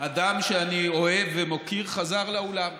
אדם שאני אוהב ומוקיר, חזר לאולם.